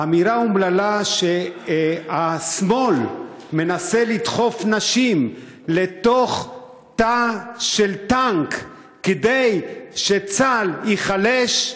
האמירה האומללה שהשמאל מנסה לדחוף נשים לתוך תא של טנק כדי שצה"ל ייחלש,